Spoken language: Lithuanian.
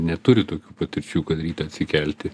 neturi tokių patirčių kad rytą atsikelti